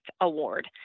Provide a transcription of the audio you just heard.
Award